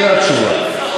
הנה התשובה.